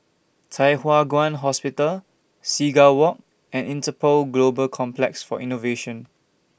Thye Hua Kwan Hospital Seagull Walk and Interpol Global Complex For Innovation